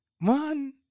man